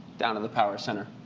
down to the power center.